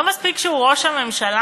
לא מספיק שהוא ראש הממשלה?